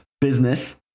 business